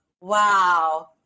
Wow